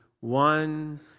One